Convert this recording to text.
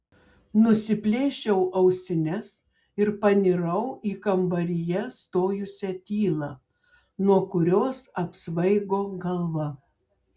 nusiplėšiau ausines ir panirau į kambaryje stojusią tylą nuo kurios apsvaigo galva